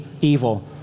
evil